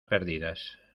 perdidas